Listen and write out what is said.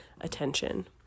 attention